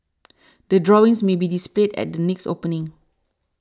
the drawings may be displayed at the next opening